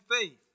faith